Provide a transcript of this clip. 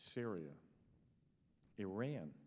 syria iran